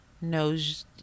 knows